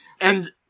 And-